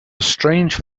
strange